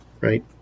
Right